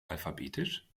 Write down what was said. alphabetisch